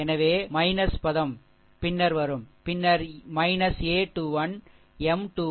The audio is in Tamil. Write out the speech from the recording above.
எனவே பதம் பின்னர் வரும்பின்னர் a 21 M 21